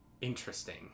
interesting